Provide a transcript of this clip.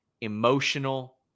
emotional